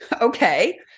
Okay